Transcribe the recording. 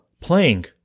playing